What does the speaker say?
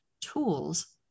tools